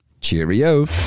Cheerio